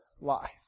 life